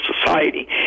society